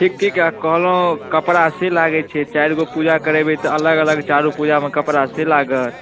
ठीक ठीक कऽ कऽ कहलौ कपड़ा से लागै छै चारि गो पूजा करेबै तऽ अलग अलग चारू पूजा मे कपड़ा से लागत